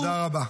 תודה רבה.